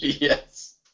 Yes